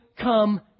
come